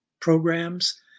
programs